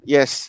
Yes